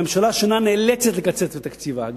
הממשלה השנה נאלצת לקצץ בתקציבה,